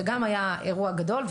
שגם היה אירוע גדול,